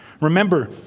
remember